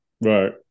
Right